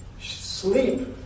sleep